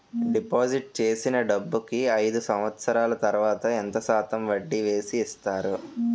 Deposit చేసిన డబ్బుకి అయిదు సంవత్సరాల తర్వాత ఎంత శాతం వడ్డీ వేసి ఇస్తారు?